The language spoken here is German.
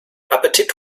appetit